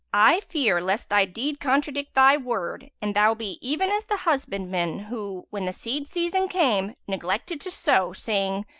i fear lest thy deed contradict thy word and thou be even as the husbandman who, when the seed-season came, neglected to sow, saying,